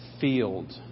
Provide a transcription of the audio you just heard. field